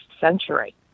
century